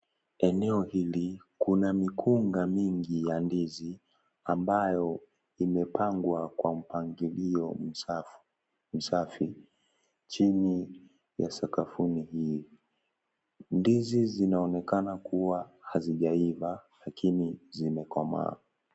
Eneo hili, kuna mikunga mingi, ya ndizi, ambayo, imepangwa kwa mpangilio, msafi, chini, ya sakafuni hii, ndizi zinaonekana kuwa hazijaiva, lakini, zimekomaa.